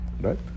Right